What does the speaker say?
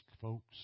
folks